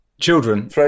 Children